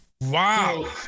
Wow